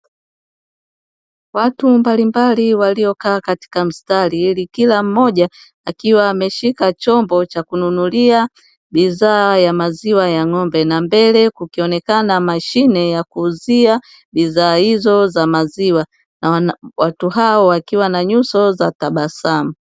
Watu mbalimbali waliokaa katika mstari ili kila mmoja akiwa ameshika chombo cha kununulia bidhaa ya maziwa ya ng`ombe na mbele kukionekana mashine ya kuuzia bidhaa hizo za maziwa, na watu hao wakiwa na nyuso za tabasamu.